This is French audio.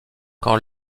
quand